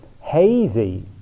hazy